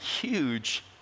huge